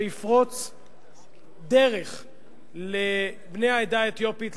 שיפרוץ דרך לבני העדה האתיופית,